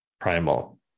Primal